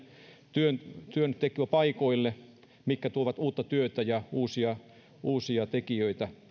työntekopaikoille mitkä tuovat uutta työtä ja uusia uusia tekijöitä